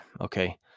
okay